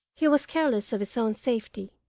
he was careless of his own safety.